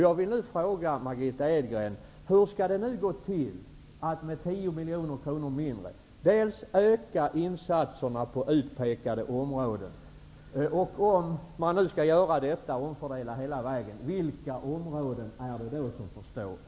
Jag vill nu fråga Margitta Edgren: Hur skall det gå till att med 10 miljoner kronor mindre öka insatserna på utpekade områden? Vilka områden är det som får stå tillbaka om man nu skall omfördela hela vägen?